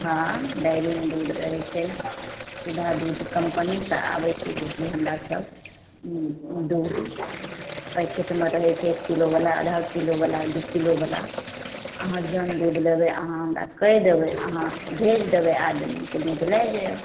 हँ डेयरिंग दूध रहै छै सुधा दूध कम्पनीसँ आबै छै जेकि हमरा सब दूध पैकेटमे रहै छै एक किलो बला आधा किलो बला दू किलो बला अहाँ जेहन दूध लेबै अहाँ हमरा कहि देबै अहाँ भेज देबै आदमी कऽ दूध लए जाएब